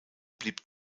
blieb